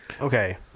Okay